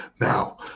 now